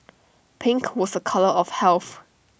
pink was A colour of health